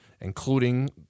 including